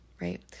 right